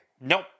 Nope